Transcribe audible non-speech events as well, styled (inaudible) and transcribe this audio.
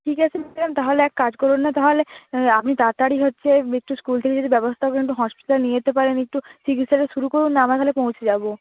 ঠিক আছে ম্যাডাম তাহলে এক কাজ করুন না তাহলে (unintelligible) আপনি তাড়াতাড়ি হচ্ছে একটু স্কুল থেকে যদি ব্যবস্থা করেন তো হসপিটালে নিয়ে যেতে পারেন একটু চিকিৎসাটা শুরু করুন না আমরা তাহলে পৌঁছে যাব